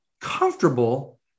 comfortable